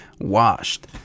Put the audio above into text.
washed